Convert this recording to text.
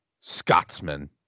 Scotsman